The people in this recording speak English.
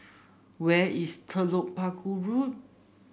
where is Telok Paku Road